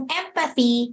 empathy